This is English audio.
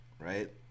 right